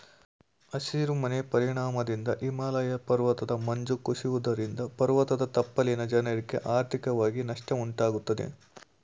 ಹಸಿರು ಮನೆ ಪರಿಣಾಮದಿಂದ ಹಿಮಾಲಯ ಪರ್ವತದ ಮಂಜು ಕುಸಿಯುವುದರಿಂದ ಪರ್ವತದ ತಪ್ಪಲಿನ ಜನರಿಗೆ ಆರ್ಥಿಕವಾಗಿ ನಷ್ಟ ಉಂಟಾಗುತ್ತದೆ